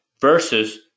versus